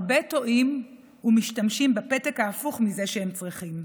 הרבה טועים ומשתמשים בפתק ההפוך מזה שהם צריכים,